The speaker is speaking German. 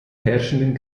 herrschenden